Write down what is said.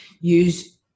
use